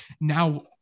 Now